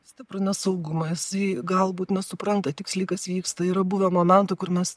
stiprų nesaugumą jisai galbūt nesupranta tiksliai kas vyksta yra buvę momentų kur mes